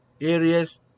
areas